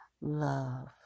love